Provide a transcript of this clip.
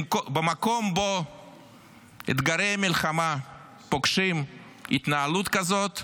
במקום שבו אתגרי המלחמה פוגשים התנהלות כזאת,